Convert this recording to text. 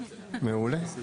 מעולה.